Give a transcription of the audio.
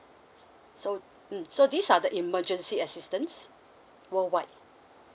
so mm so these are the emergency assistance worldwide